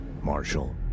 Marshall